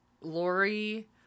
Lori